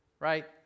Right